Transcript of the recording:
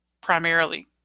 primarily